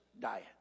diet